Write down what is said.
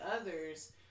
others